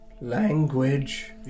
Language